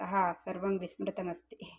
अतः सर्वम् विस्मृतम् अस्ति